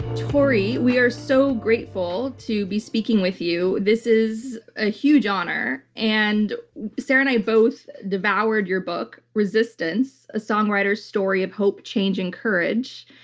tori, we are so grateful to be speaking with you. this is a huge honor. and sarah and i both devoured your book, resistance a songwriter's story of hope, change, and courage.